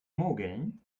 mogeln